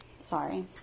sorry